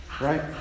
right